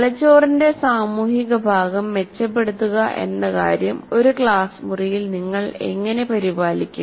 തലച്ചോറിന്റെ സാമൂഹിക ഭാഗം മെച്ചപ്പെടുത്തുക എന്ന കാര്യം ഒരു ക്ലാസ് മുറിയിൽ നിങ്ങൾ എങ്ങനെ പരിപാലിക്കും